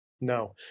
no